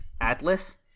Atlas